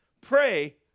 pray